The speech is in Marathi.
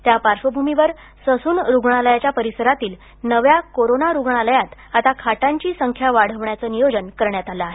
त्या पार्श्वभूमीवर ससून रुग्णालयाच्या परिसरातील नव्या करोना रुग्णालयात आता खाटांची संख्या वाढवण्याचं नियोजन करण्यात आलं आहे